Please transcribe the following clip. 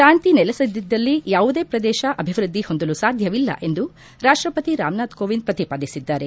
ಶಾಂತಿ ನೆಲಸದಿದ್ದಲ್ಲಿ ಯಾವುದೇ ಪ್ರದೇಶ ಅಭಿವೃದ್ದಿ ಹೊಂದಲು ಸಾಧ್ಯವಿಲ್ಲ ಎಂದು ರಾಷ್ಟ ಪತಿ ರಾಮ್ನಾಥ್ ಕೋವಿಂದ್ ಪ್ರತಿಪಾದಿಸಿದ್ದಾರೆ